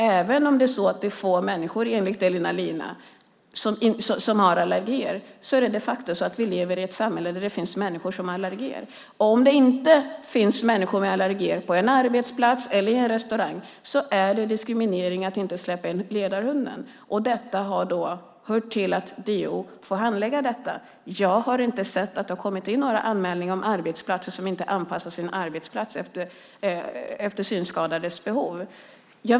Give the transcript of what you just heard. Även om det är få människor enligt Elina Linna som har allergier är det de facto så att vi lever i ett samhälle där det finns människor som har allergier. Om det inte finns människor med allergier på en arbetsplats eller i en restaurang är det diskriminering att inte släppa in ledarhunden. Denna typ av fall får DO handlägga. Jag har inte sett att det har kommit in några anmälningar om arbetsplatser som inte anpassas efter synskadades behov.